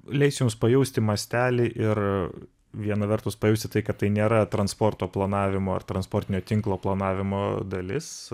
leis jums pajausti mastelį ir viena vertus pajausti tai kad tai nėra transporto planavimo ar transportinio tinklo planavimo dalis